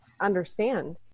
understand